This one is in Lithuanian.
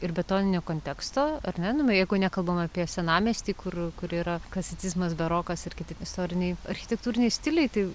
ir betoninio konteksto ar ne nu jeigu nekalbama apie senamiestį kur kur yra klasicizmas barokas ir kiti istoriniai architektūriniai stiliai tai